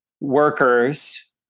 workers